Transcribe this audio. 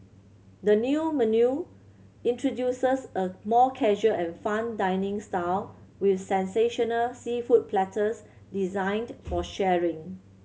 the new menu introduces a more casual and fun dining style with sensational seafood platters designed for sharing